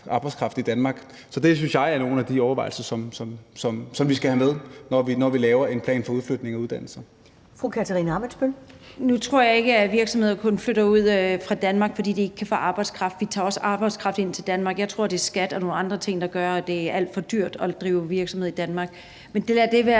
arbejdskraft i Danmark. Så det synes jeg er nogle af de overvejelser, som vi skal have med, når vi laver en plan for udflytning af uddannelser. Kl. 21:09 Første næstformand (Karen Ellemann): Fru Kathrine Ammitzbøll. Kl. 21:09 Katarina Ammitzbøll (KF): Nu tror jeg ikke, at virksomheder kun flytter fra Danmark, fordi de ikke kan få arbejdskraft. Vi tager også arbejdskraft ind til Danmark, og jeg tror, det er skat og nogle andre ting, der gør, at det er alt for dyrt at drive virksomhed i Danmark. Men lad det være